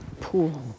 pool